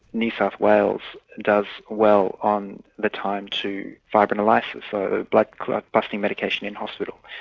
new south wales does well on the time to fibrinolysis, and so like clotbusting medication in hospital.